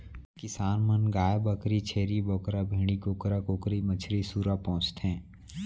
किसान मन गाय भईंस, छेरी बोकरा, भेड़ी, कुकरा कुकरी, मछरी, सूरा पोसथें